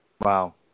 Wow